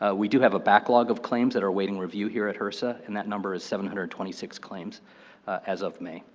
ah we do have a backlog of claims that are waiting review here at hrsa, and that number is seven hundred and twenty six claims as of may.